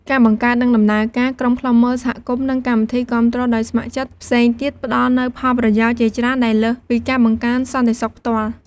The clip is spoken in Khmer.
ការបង្កើត និងដំណើរការ ក្រុមឃ្លាំមើលសហគមន៍ និងកម្មវិធីគាំទ្រដោយស្ម័គ្រចិត្តផ្សេងទៀត ផ្តល់នូវផលប្រយោជន៍ជាច្រើនដែលលើសពីការបង្កើនសន្តិសុខផ្ទាល់។